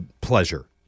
pleasure